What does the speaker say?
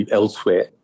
elsewhere